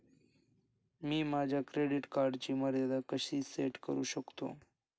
मी माझ्या क्रेडिट कार्डची मर्यादा कशी सेट करू शकतो?